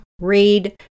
read